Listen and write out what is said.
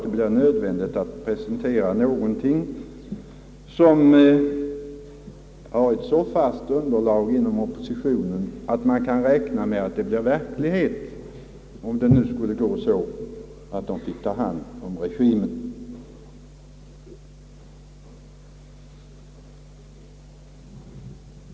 Det blir nödvändigt att presentera någonting som har ett så fast underlag inom oppositionen att man kan räkna med att det blir verklighet, om det nu skulle gå så att oppositionspartierna finge ta hand om regimen.